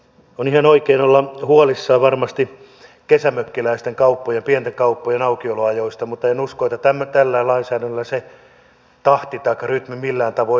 on ihan oikein olla huolissaan varmasti kesämökkiläisten kauppojen pienten kauppojen aukioloajoista mutta en usko että tällä lainsäädännöllä se tahti taikka rytmi millään tavoin muuttuu